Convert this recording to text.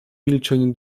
milczeniu